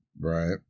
Right